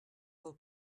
del